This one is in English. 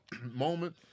moment